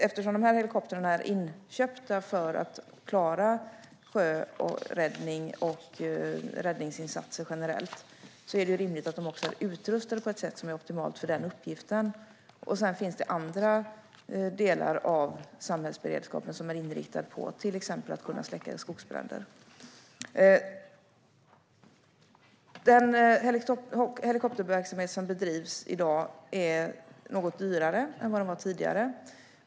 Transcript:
Eftersom helikoptrarna är inköpta för att klara sjöräddning och räddningsinsatser generellt är det rimligt att de också är utrustade på ett sätt som är optimalt för den uppgiften. Sedan finns det andra delar av samhällsberedskapen som är inriktad på att till exempel kunna släcka skogsbränder. Den helikopterverksamhet som bedrivs i dag är något dyrare än tidigare.